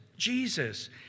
Jesus